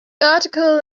article